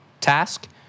task